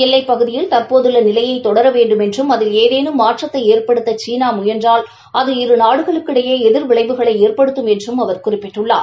எல்லைப் பகுதியில் தற்போதுள்ள நிலையை தொடர வேண்டுமென்றம் அதில் ஏதேனும் மாற்றத்தை ஏற்படுத்த சீனா முயன்றால் அது இரு நாடுகளுக்கிடபே எதிர் விளைவுகளை ஏற்படுத்தம் என்றும் அவர் குறிப்பிட்டுள்ளார்